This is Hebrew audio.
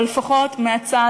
אבל לפחות מהצד,